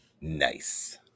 Nice